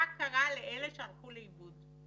מה קרה לאלה שהלכו לאיבוד?